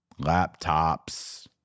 laptops